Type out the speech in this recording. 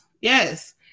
Yes